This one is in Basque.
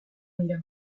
dira